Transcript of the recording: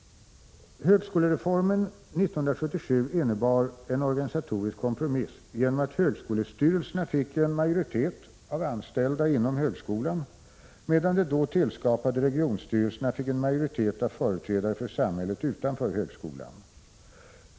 Högskolereformen 1977 innebar en organisatorisk kompromiss genom att högskolestyrelserna fick en majoritet av anställda inom högskolan, medan de då tillskapade regionstyrelserna fick en majoritet av företrädare för samhället utanför högskolan.